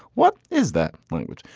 what is that language?